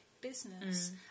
business